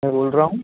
बोल रहा हूँ